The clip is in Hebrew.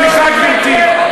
סליחה, גברתי.